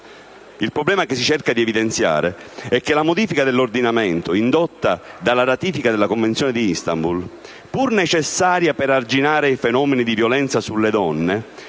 Il problema che si cerca di evidenziare è che la modifica dell'ordinamento, indotta dalla ratifica della Convenzione di Istanbul, pur necessaria per arginare i fenomeni di violenza sulle donne,